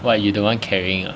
why you the one carrying ah